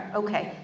okay